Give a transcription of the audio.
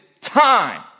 time